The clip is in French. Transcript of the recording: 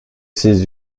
ses